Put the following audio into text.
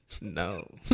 No